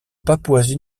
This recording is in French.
papouasie